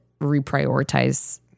reprioritize